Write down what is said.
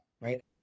Right